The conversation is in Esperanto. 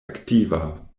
aktiva